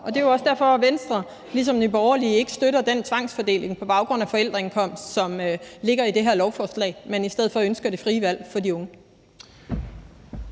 og det er også derfor, at Venstre ligesom Nye Borgerlige ikke støtter den tvangsfordeling på baggrund af forældreindkomst, som ligger i det her lovforslag, men i stedet for ønsker det frie valg for de unge.